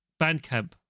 Bandcamp